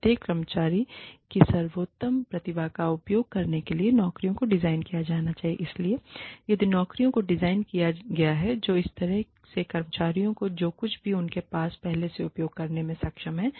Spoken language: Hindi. प्रत्येक कर्मचारी की सर्वोत्तम प्रतिभा का उपयोग करने के लिए नौकरियों को डिज़ाइन किया जाना चाहिए इसलिए यदि नौकरियों को डिज़ाइन किया गया है तो इस तरह से कि कर्मचारी जो कुछ भी उनके पास पहले से उपयोग करने में सक्षम हैं